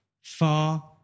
far